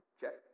check